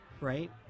right